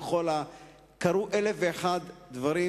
קרו אלף ואחד דברים,